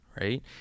right